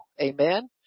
Amen